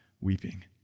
weeping